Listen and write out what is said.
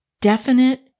definite